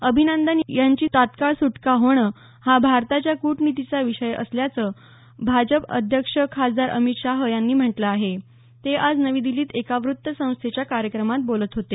अभिनंदन यांची तत्काळ सुटका होणं हा भारताच्या कूटनीतिचा विजय असल्याचं भाजप अध्यक्ष खासदार अमित शहा यांनी म्हटलं आहे ते आज नवी दिल्लीत एका वृत्तसंस्थेच्या कार्यक्रमात बोलत होते